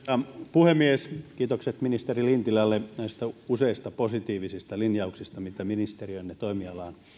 puhemies kiitokset ministeri lintilälle näistä useista positiivisista linjauksista mitä ministeriönne toimialaan